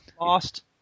Lost